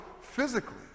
physically